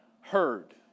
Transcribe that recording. heard